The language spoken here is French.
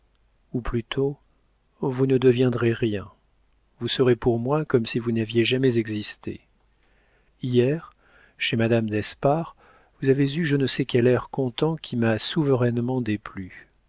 ou plutôt vous ne deviendrez rien vous serez pour moi comme si vous n'aviez jamais existé hier chez madame d'espard vous avez eu je ne sais quel air content qui m'a souverainement déplu